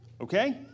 okay